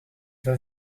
vas